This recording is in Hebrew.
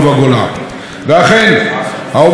העובדות מדברות בעד עצמן,